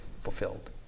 fulfilled